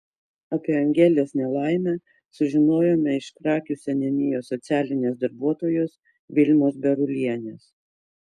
apie angelės nelaimę sužinojome iš krakių seniūnijos socialinės darbuotojos vilmos berulienės